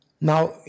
Now